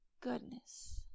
goodness